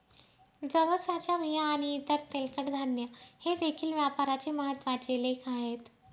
जवसाच्या बिया आणि इतर तेलकट धान्ये हे देखील व्यापाराचे महत्त्वाचे लेख आहेत